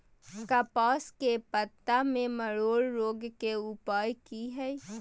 कपास के पत्ता में मरोड़ रोग के उपाय की हय?